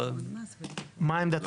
מה עמדת